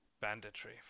banditry